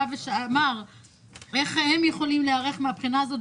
ואמר איך הם יכולים להיערך מהבחינה הזאת,